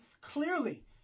clearly